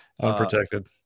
Unprotected